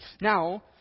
Now